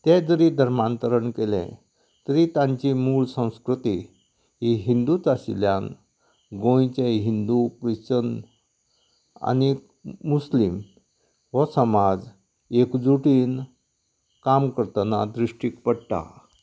ते जरी धर्मांतरण केले तरी तांची मूळ संस्कृती ही हिंदूच आशिल्ल्यान गोंयचे हिंदू क्रिश्चन आनी मुस्लिम हो समाज एकजुटीन काम करतना दृश्टीक पडटा